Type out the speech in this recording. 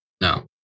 No